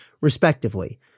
respectively